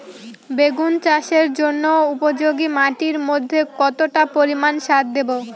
বেগুন চাষের জন্য উপযোগী মাটির মধ্যে কতটা পরিমান সার দেব?